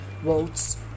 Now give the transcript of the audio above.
votes